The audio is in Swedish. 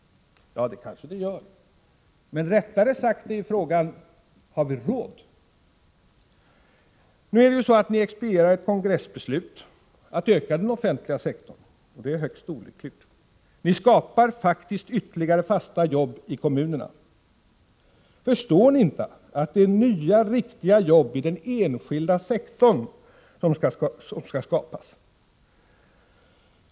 Det kanske det gör, och rättare sagt är frågan: Har vi råd? Ni expedierar kongressbeslutet att öka den offentliga sektorn, och det är högst olyckligt. Ni skapar faktiskt ytterligare fasta jobb i kommunerna. Förstår ni inte att det är nya riktiga jobb i den enskilda sektorn som skall skapas?